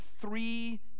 three